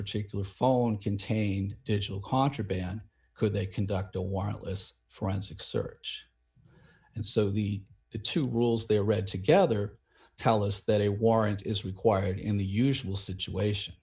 particular phone contained digital contraband could they conduct a warrantless forensic search and so the two rules there read together tell us that a warrant is required in the usual situation